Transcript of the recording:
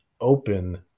open